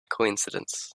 coincidence